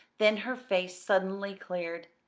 then her face suddenly cleared.